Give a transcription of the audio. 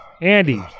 Andy